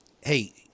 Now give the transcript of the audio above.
hey